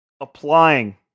applying